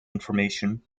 information